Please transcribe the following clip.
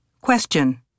Question